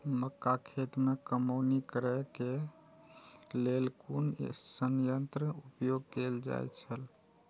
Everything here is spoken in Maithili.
मक्का खेत में कमौनी करेय केय लेल कुन संयंत्र उपयोग कैल जाए छल?